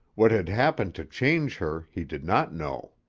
what had happened to change her he did not know.